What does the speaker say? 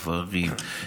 גברים,